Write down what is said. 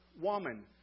Woman